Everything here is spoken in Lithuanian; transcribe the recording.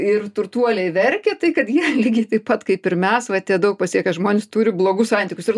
ir turtuoliai verkia tai kad jie lygiai taip pat kaip ir mes va tie daug pasiekę žmonės turi blogus santykius ir